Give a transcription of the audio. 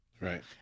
Right